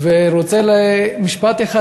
אני רוצה להגיד משפט אחד.